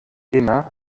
immer